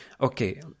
Okay